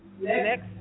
next